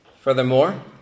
furthermore